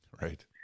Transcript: Right